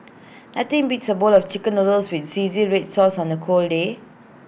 nothing beats A bowl of Chicken Noodles with Zingy Red Sauce on A cold day